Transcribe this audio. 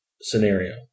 scenario